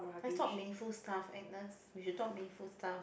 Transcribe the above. I talk Mei-Fu stuff Agnes we should talk Mei-Fu stuff